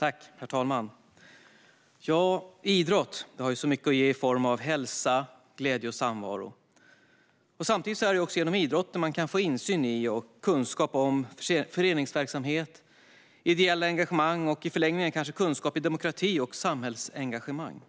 Herr talman! Idrott har så mycket att ge i form av hälsa, glädje och samvaro. Samtidigt är det också genom idrotten man kan få insyn i och kunskap om föreningsverksamhet, ideellt engagemang och i förlängningen kunskap i demokrati och samhällsengagemang.